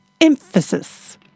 emphasis